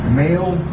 male